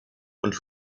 und